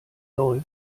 läuft